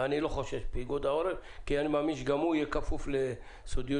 מה הגודל